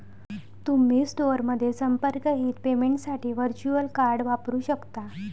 तुम्ही स्टोअरमध्ये संपर्करहित पेमेंटसाठी व्हर्च्युअल कार्ड वापरू शकता